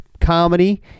comedy